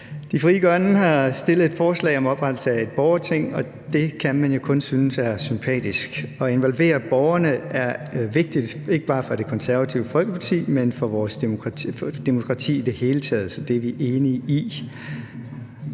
De Frie Grønne har fremsat et forslag om oprettelse af et borgerting, og det kan man jo kun synes er sympatisk. At involvere borgerne er vigtigt, ikke bare for Det Konservative Folkeparti, men for vores demokrati i det hele taget. Så det er vi enige i.